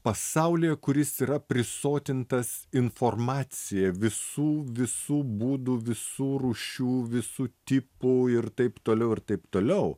pasaulyje kuris yra prisotintas informacija visų visų būdų visų rūšių visų tipų ir taip toliau ir taip toliau